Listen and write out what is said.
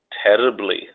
Terribly